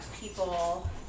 people